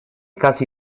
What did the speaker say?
casi